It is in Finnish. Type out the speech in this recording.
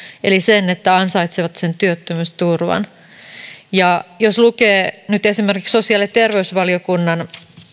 eli sen että ansaitsevat sen työttömyysturvan jos lukee nyt esimerkiksi sosiaali ja terveysvaliokunnan